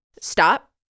stop